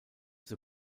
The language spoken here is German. zur